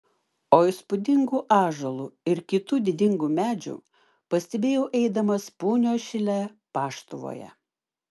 o įspūdingų ąžuolų ir kitų didingų medžių pastebėjau eidamas punios šile paštuvoje